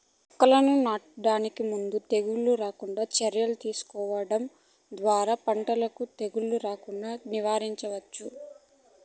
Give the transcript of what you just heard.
మొక్కలను నాటడానికి ముందే తెగుళ్ళు రాకుండా చర్యలు తీసుకోవడం ద్వారా పంటకు తెగులు రాకుండా నివారించవచ్చు